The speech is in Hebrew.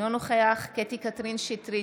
אינו נוכח קטי קטרין שטרית,